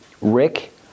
Rick